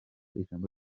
ijambo